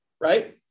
right